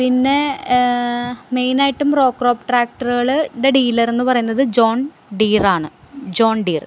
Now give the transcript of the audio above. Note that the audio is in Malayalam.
പിന്നെ മെയിനായിട്ടും റോ ക്രോപ്പ് ട്രാക്ടറുകളുടെ ഡീലറെന്ന് പറയുന്നത് ജോൺ ഡീറാണ് ജോൺ ഡീർ